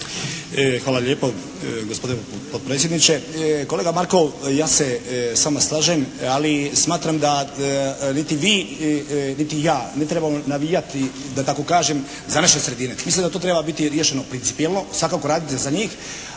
Hvala lijepa gospodine potpredsjedniče. Kolega Markov ja se s vama slažem, ali smatram da niti vi niti ja ne trebamo navijati da tako kažem za naše sredine. Mislim da to treba biti riješeno principijelno. Svakako raditi za njih.